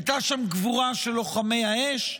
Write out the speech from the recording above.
הייתה שם גבורה של לוחמי האש.